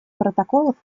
протоколов